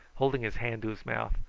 holding his hand to his mouth.